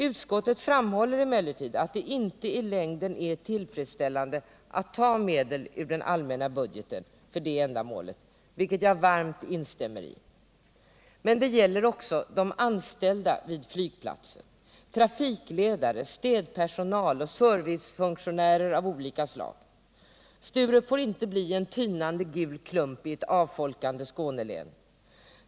Utskottet framhåller emellertid att det inte i längden är tillfredsställande att för det ändamålet ta medel ur den allmänna budgeten, vilket jag varmt instämmer i. Nej, det gäller också de anställda vid flygplatsen — trafikledare, städpersonal, servicefunktionärer av olika slag. Sturup får inte bli en tynande gul klumpi ett avfolkat Skånelän.